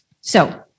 So-